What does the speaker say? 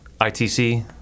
ITC